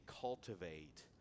cultivate